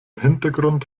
hintergrund